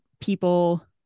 people